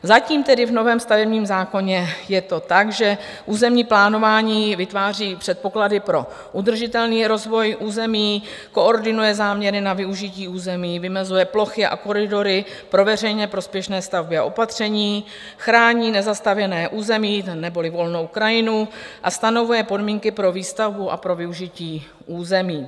Zatím tedy v novém stavebním zákoně je to tak, že územní plánování vytváří předpoklady pro udržitelný rozvoj území, koordinuje záměry na využití území, vymezuje plochy a koridory pro veřejně prospěšné stavby a opatření, chrání nezastavěné území neboli volnou krajinu a stanovuje podmínky pro výstavbu a pro využití území.